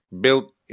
Built